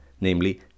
Namely